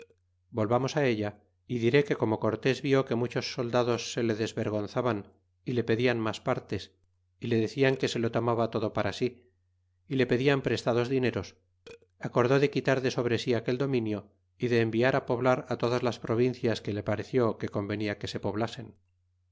volvamos ella y diré que como cortés viú que muchcs soldados se le desvergonzaban y le pedian mas partes y le decian que se lo tomaba todo para sí y le pedían prestados dineros acordó de quitar de sobre sí aquel dominio y de enviar poblar todas las provincias que le pareció que convenia que se poblasen